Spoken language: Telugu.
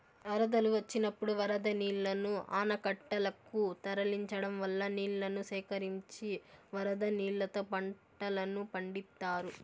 వరదలు వచ్చినప్పుడు వరద నీళ్ళను ఆనకట్టలనకు తరలించడం వల్ల నీళ్ళను సేకరించి వరద నీళ్ళతో పంటలను పండిత్తారు